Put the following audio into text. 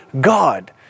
God